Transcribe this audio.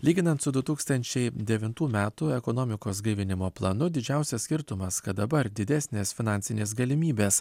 lyginant su du tūkstančiai devintų metų ekonomikos gaivinimo planu didžiausias skirtumas kad dabar didesnės finansinės galimybės